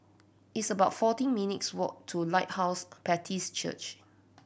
it's about fourteen minutes' walk to Lighthouse Baptist Church